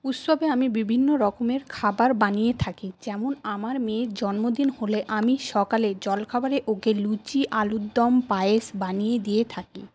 উৎসবে আমি বিভিন্ন রকমের খাবার বানিয়ে থাকি যেমন আমার মেয়ের জন্মদিন হলে আমি সকালে জলখাবারে ওকে লুচি আলুর দম পায়েস বানিয়ে দিয়ে থাকি